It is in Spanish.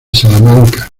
salamanca